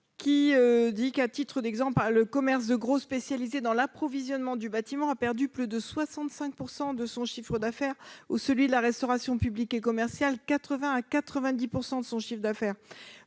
amendement. À titre d'exemple, le commerce de gros spécialisé dans l'approvisionnement du bâtiment a perdu plus de 65 % de son chiffre d'affaires, celui de la restauration publique et commerciale 80 % à 90 % de son chiffre d'affaires.